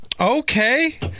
Okay